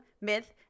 myth